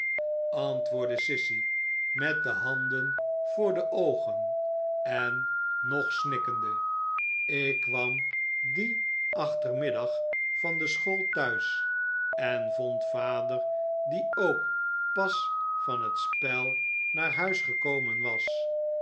antwoordde sissy met de handen voor de oogen en nog snikkende ik kwam dien achtermiddag van de school thuis en vond vader die ook pas van het spel naar huis gekomen was